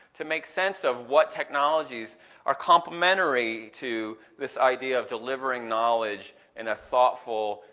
to make sense of what technologies are complementary to this idea of delivering knowledge in a thoughtful,